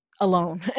alone